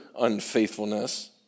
unfaithfulness